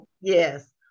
Yes